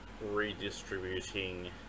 Redistributing